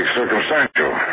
circumstantial